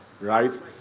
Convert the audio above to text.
right